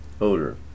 odor